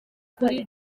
kuri